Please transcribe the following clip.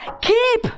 keep